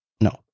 No